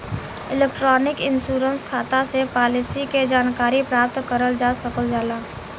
electronic insurance खाता से policy के जानकारी प्राप्त करल जा सकल जाला